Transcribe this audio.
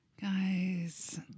Guys